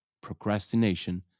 procrastination